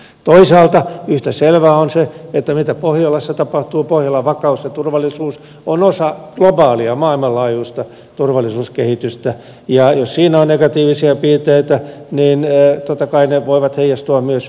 toisaalta yhtä selvää on se että mitä pohjolassa tapahtuu pohjolan vakaus ja turvallisuus on osa globaalia maailmanlaajuista turvallisuuskehitystä ja jos siinä on negatiivisia piirteitä niin totta kai ne voivat heijastua myös tänne